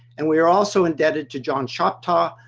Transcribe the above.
and we are also indebted to john choctaw,